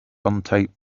untaped